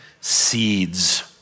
seeds